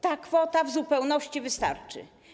Ta kwota w zupełności wystarczy.